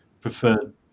preferred